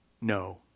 no